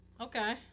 Okay